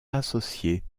associés